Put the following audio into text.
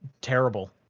terrible